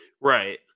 Right